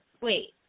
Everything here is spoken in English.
wait